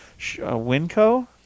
Winco